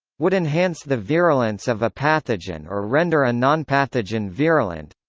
would enhance the virulence of a pathogen or render a nonpathogen virulent